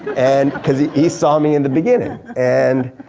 and, cause he he saw me in the beginning and